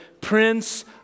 Prince